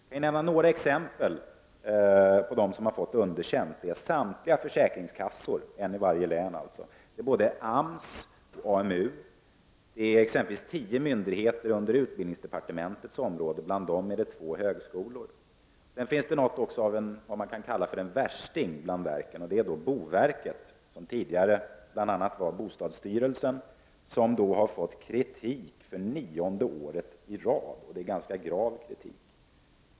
Låt mig nämna några exempel på vilka som har fått underkänt: samtliga försäkringskassor — alltså en i varje län —, både AMS och AMU, tio myndigheter inom utbildningsdepartementets område, bland dem två högskolor. Det finns också något som man skulle kunna kalla en ”värsting” bland verken, nämligen boverket, som tidigare var bostadsstyrelsen. Denna myndighet har nu fått kritik för nionde året i rad, och det är dessutom fråga om ganska grav kritik.